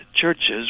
churches